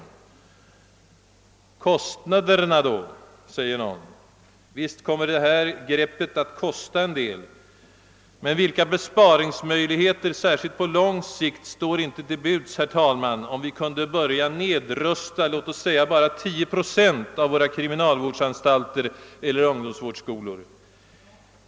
Kostnaderna då? frågar någon. Visst kommer ett sådant grepp att kosta en del, men vilka besparingsmöjligheter, särskilt på lång sikt, står inte till buds, herr talman, om vi kunde börja nedrusta låt oss säga bara 10 procent av våra kriminalvårdsanstalter eller ungdomsvårdsskolor?